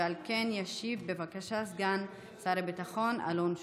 על כן, ישיב סגן שר הביטחון אלון שוסטר,